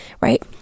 right